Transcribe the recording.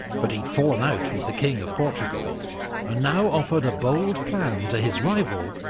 but he'd fallen out with the king of portugal and now offered a bold plan to his rival,